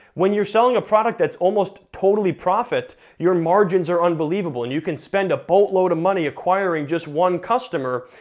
when you're selling a product that's almost totally profit, your margins are unbelievable, and you can spend a boatload of money acquiring just one customer,